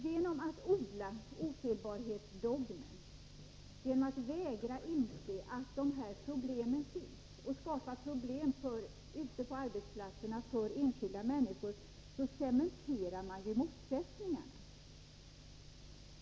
Genom att odla ofelbarhetsdogmen, genom att vägra inse att dessa problem finns och skapar ytterligare problem ute på arbetsplatserna för enskilda människor, cementerar man motsättningarna.